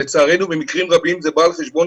לצערנו, במקרים רבים, זה בא על חשבון